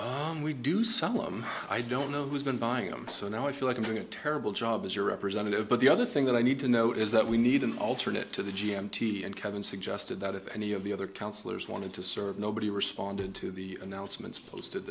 and we do some of them i don't know who's been buying them so now i feel like i'm doing a terrible job as your representative but the other thing that i need to know is that we need an alternate to the g m t and kevin suggested that if any of the other councillors wanted to serve nobody responded to the announcements posted